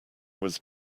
was